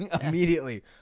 Immediately